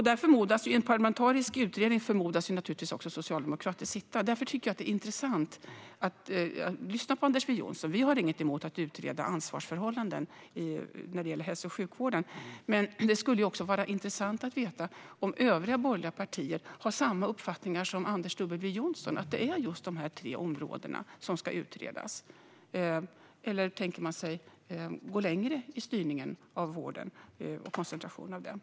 I en parlamentarisk utredning förmodas också socialdemokrater sitta. Därför tycker jag att det är intressant att lyssna på Anders W Jonsson. Vi har inget emot att utreda ansvarsförhållanden när det gäller hälso och sjukvården, men det skulle vara intressant att veta om övriga borgerliga partier har samma uppfattning som Anders W Jonsson, det vill säga att det är just de här tre områdena som ska utredas. Eller tänker man sig att gå längre i styrningen och koncentrationen av vården?